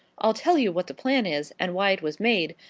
i'll tell you what the plan is, and why it was made,